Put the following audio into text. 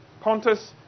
Pontus